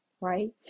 right